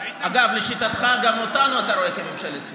אגב, לשיטתך, גם אותנו אתה רואה כממשלת שמאל.